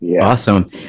awesome